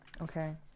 Okay